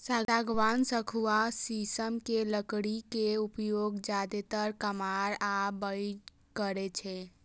सागवान, सखुआ, शीशम के लकड़ी के उपयोग जादेतर कमार या बढ़इ करै छै